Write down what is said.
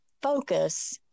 focus